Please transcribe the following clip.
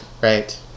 Right